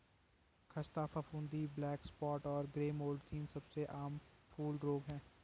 ख़स्ता फफूंदी, black spot और ग्रे मोल्ड तीन सबसे आम फूल रोग हैं